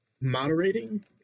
moderating